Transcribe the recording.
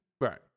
Right